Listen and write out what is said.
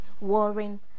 warring